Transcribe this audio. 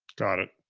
got it.